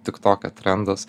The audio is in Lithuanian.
tik toke trendas